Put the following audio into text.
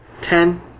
Ten